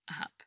up